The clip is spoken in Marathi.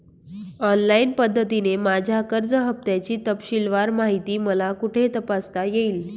ऑनलाईन पद्धतीने माझ्या कर्ज हफ्त्याची तपशीलवार माहिती मला कुठे तपासता येईल?